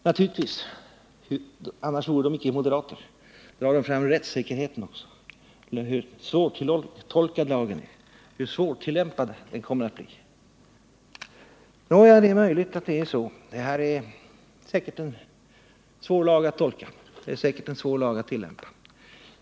Naturligtvis, annars vore de inte moderater, tar de också upp rättssäkerheten, hur svårtolkad lagen är, hur svårtillämpad den kommer att bli. Nåja, det är möjligt att det är så. Det är säkert svårt att tolka denna lag och det är säkert svårt att tillämpa den.